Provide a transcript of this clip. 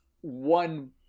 one